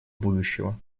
будущего